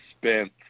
spent